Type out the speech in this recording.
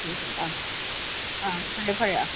ꯑꯥ ꯑꯥ ꯐꯔꯦ ꯐꯔꯦ ꯑꯥ